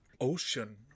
ocean